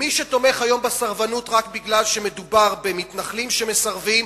מי שתומך היום בסרבנות רק מפני שמדובר במתנחלים שמסרבים,